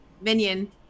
minion